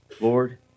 Lord